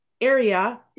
area